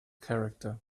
character